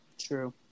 True